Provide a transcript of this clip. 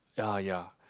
ya ya